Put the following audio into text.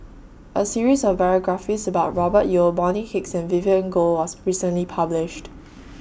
A series of biographies about Robert Yeo Bonny Hicks and Vivien Goh was recently published